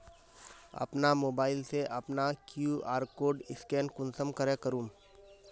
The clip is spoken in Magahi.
अपना मोबाईल से अपना कियु.आर कोड स्कैन कुंसम करे करूम?